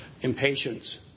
Impatience